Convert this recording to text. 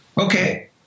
Okay